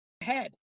head